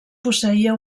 posseïa